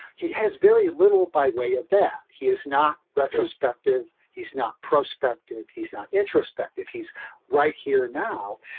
he has very little by way of that. he is not retrospective. he's not prospective. he's not introspective. he's right here now.